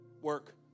work